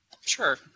Sure